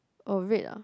oh red ah